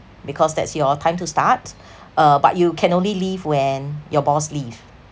because that's your time to start uh but you can only leave when your boss leave